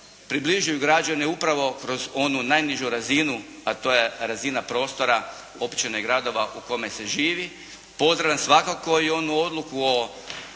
približuju građani upravo kroz onu najnižu razinu, a to je razina prostora općina i gradovima u kome se živi. Pozdravljam svakako i onu odluku o